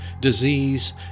disease